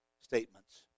statements